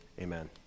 Amen